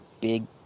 big